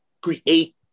create